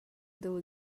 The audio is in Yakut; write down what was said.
дылы